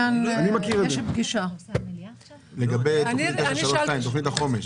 לגבי תוכנית החומש,